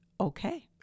okay